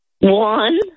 One